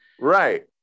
right